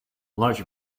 larger